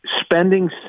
Spending